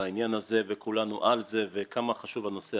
לעניין הזה וכולנו על זה מפאת חשיבות הנושא.